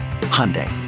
Hyundai